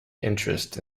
interest